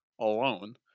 alone